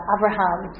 Abraham